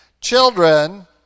children